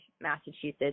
Massachusetts